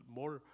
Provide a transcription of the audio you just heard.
more